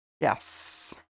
Yes